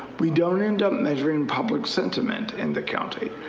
we don't end ah measuring public sentiment in the county.